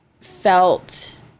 felt